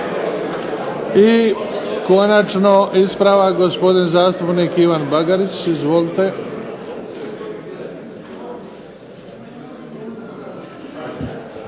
I konačno ispravak gospodin zastupnik Ivan BAgarić. Izvolite.